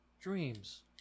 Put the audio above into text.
dreams